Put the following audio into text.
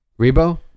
Rebo